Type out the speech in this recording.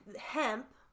hemp